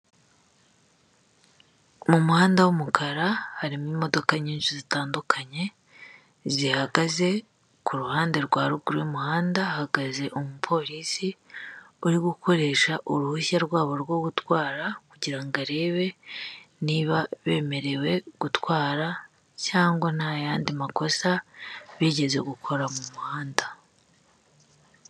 Mu muhanda w'umukara harimo imodoka nyinshi zitandukanye, zihagaze kuruhande rwa ruguru y'umuhanda hahagaze umupolisi uri gukoresha uruhushya rwabo rwo gutwara, kugirango arebe niba bemerewe gutwara, cyangwa ntayandi makosa bigeze gukora mu muhanda.